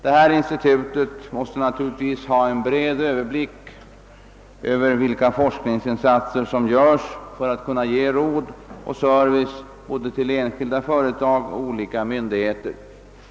Detta institut måste naturligtvis ha en bred överblick över vilka forskningsinsatser som görs för att kunna ge råd och service både åt enskilda företag och åt olika myndigheter.